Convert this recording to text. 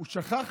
הוא שכח,